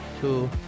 two